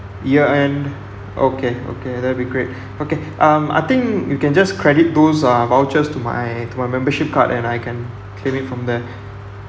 year end okay okay that'll be great okay um I think you can just credit those uh vouchers to my to my membership card and I can clear it from there